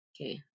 Okay